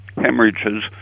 hemorrhages